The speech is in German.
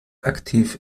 aktiv